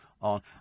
on